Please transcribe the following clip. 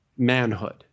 Manhood